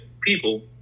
people